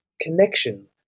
connection